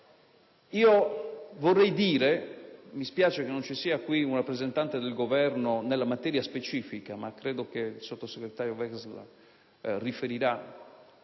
Vorrei dire - mi spiace che non sia presente in Aula un rappresentante del Governo nella materia specifica, ma credo che il sottosegretario Vegas riferirà